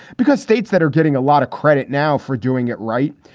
because states that are getting a lot of credit now for doing it right,